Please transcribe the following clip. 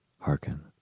Hearken